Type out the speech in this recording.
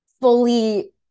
fully